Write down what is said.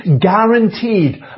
Guaranteed